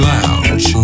Lounge